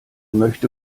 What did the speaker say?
möchte